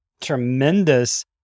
tremendous